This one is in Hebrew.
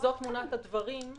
וכשזאת תמונת הדברים,